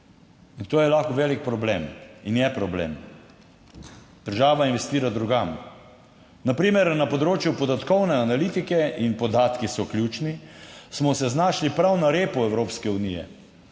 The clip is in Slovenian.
In to je lahko velik problem in je problem. Država investira drugam. Na primer na področju podatkovne analitike, in podatki so ključni, smo se znašli prav na repu Evropske unije.